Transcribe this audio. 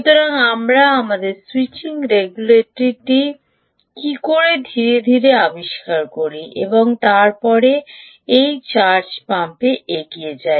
সুতরাং আমরা আমাদের স্যুইচিং রেগুলেটরটি ধীরে ধীরে আবিষ্কার করি এবং তারপরে এই চার্জ পাম্পে এগিয়ে যাই